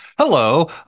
Hello